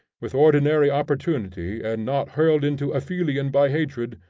with ordinary opportunity and not hurled into aphelion by hatred,